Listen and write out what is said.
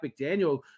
McDaniel